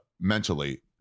mentally